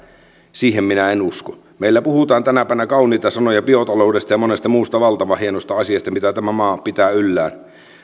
siihen minä en usko meillä puhutaan tänä päivänä kauniita sanoja biotaloudesta ja monesta muusta valtavan hienosta asiasta mitä tämä maa pitää yllään